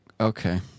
Okay